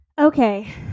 Okay